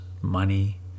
money